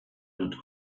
dut